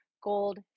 gold